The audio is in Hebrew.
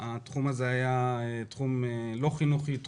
רבות כשהתחום הזה לא היה תחום חינוכי אלא